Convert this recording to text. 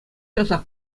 часах